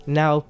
now